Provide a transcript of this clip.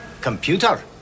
computer